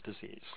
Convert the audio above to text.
Disease